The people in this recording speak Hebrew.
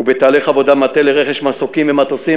ובתהליך עבודת מטה לרכש מסוקים ומטוסים,